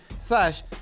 Slash